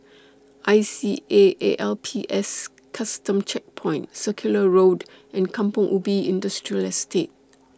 I C A A L P S Custom Checkpoint Circular Road and Kampong Ubi Industrial Estate